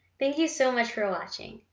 thank you so much for watching.